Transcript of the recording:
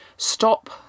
stop